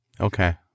Okay